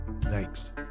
Thanks